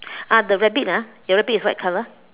uh the rabbit ah your rabbit is white color